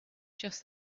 just